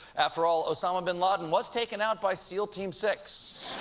after all, osama bin laden was taken out by seal team six.